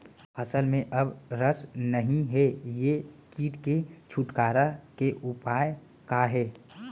फसल में अब रस नही हे ये किट से छुटकारा के उपाय का हे?